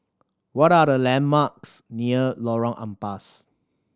what are the landmarks near Lorong Ampas